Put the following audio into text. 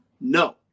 No